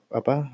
apa